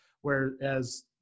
Whereas